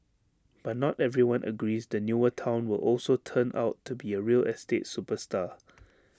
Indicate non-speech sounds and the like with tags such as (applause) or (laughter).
but not everyone agrees the newer Town will also turn out to be A real estate superstar (noise)